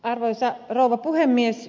arvoisa rouva puhemies